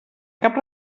cap